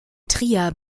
trier